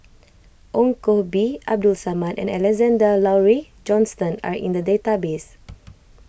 Ong Koh Bee Abdul Samad and Alexander Laurie Johnston are in the database